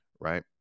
right